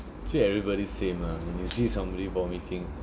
actually everybody same ah when you see somebody vomiting